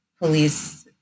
police